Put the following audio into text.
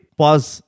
pause